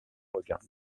regard